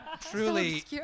Truly